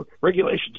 regulations